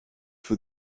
for